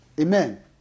Amen